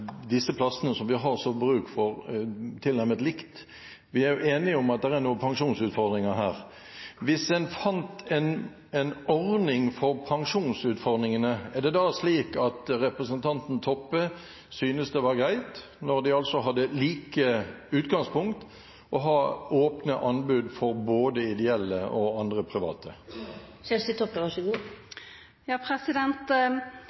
disse plassene som vi har slik bruk for, tilnærmet likt. Vi er jo enige om at det er noen pensjonsutfordringer her. Hvis en fant en ordning for pensjonsutfordringene, er det da slik at representanten Toppe ville synes det var greit, når de altså hadde likt utgangspunkt, å ha åpne anbud for både ideelle og andre private?